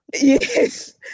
Yes